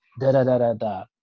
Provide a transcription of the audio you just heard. Da-da-da-da-da